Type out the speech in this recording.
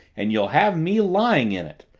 and you'll have me lying in it,